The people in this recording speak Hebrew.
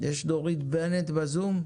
דורית בנט בזום?